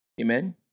Amen